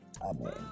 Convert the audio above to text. Amen